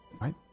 Right